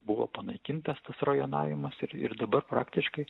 buvo panaikintas tas rajonavimas ir ir dabar praktiškai